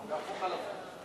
זה הפוך על הפוך.